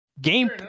game